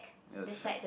ya the shag